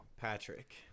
Patrick